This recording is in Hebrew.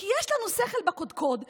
כי יש לנו שכל בקודקוד והיגיון,